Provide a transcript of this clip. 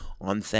on